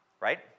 right